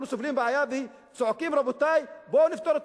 אנחנו סובלים מבעיה וצועקים: רבותי בואו נפתור את